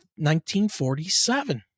1947